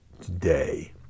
today